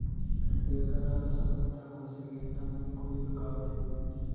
రెండు ఎకరాలు సపోట కోసేకి ఎంత మంది కూలీలు కావాలి?